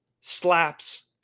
slaps